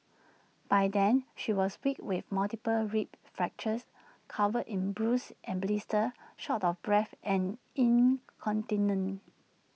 by then she was weak with multiple rib fractures covered in bruises and blisters short of breath and incontinent